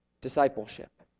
Discipleship